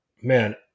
Man